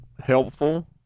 helpful